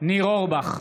ניר אורבך,